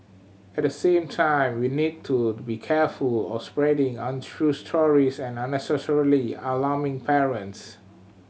at the same time we need to be careful of spreading untrue stories and unnecessarily alarming parents